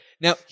Now